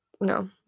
no